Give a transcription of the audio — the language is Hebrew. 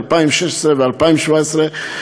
2016 ו-2017,